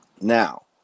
Now